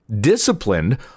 disciplined